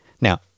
now